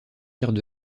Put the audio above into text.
tirent